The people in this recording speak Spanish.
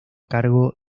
cargo